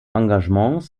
engagements